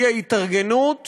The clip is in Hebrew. היא ההתארגנות